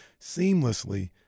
seamlessly